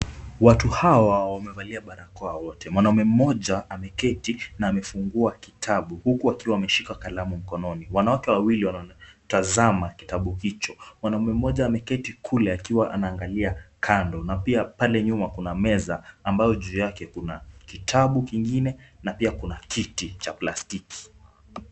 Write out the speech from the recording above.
Watu hawa wamevalia barakoa wote. Mwanaume mmoja ameketi na amefungua kitabu huku akiwa ameshika kitabu mkononi. Wanawake wawili wanatazama kitabu hicho. Mwanaume mmoja ameketi kule akiwa anaangalia kando na pia pale nyuma kuna meza ambayo juu yake kuna kitabu kingine na pia kuna kiti cha plastiki.